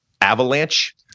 avalanche